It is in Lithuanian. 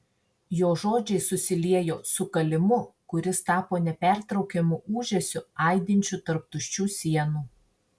jo žodžiai susiliejo su kalimu kuris tapo nepertraukiamu ūžesiu aidinčiu tarp tuščių sienų